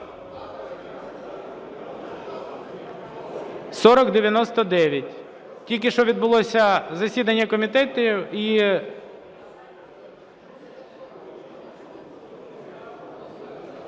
4099. Тільки що відбулося засідання комітету.